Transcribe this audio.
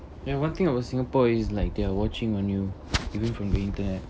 the one thing about singapore is like their watching on you even from the internet